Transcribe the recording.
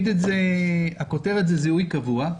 הכותרת היא "זיהוי קבוע",